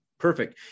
Perfect